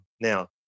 now